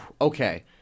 Okay